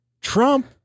Trump